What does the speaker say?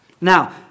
Now